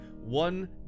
one